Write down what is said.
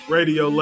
Radio